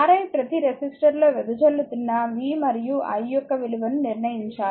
Ri ప్రతి రెసిస్టర్లో వెదజల్లుతున్న v మరియు i యొక్క విలువలను నిర్ణయించాలి